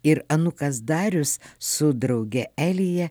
ir anūkas darius su drauge elija